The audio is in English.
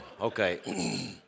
Okay